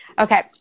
Okay